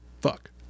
fuck